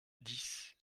dix